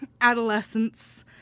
adolescence